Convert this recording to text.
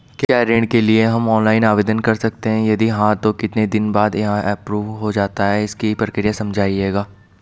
क्या ऋण के लिए हम ऑनलाइन आवेदन कर सकते हैं यदि हाँ तो कितने दिन बाद यह एप्रूव हो जाता है इसकी प्रक्रिया समझाइएगा?